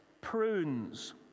prunes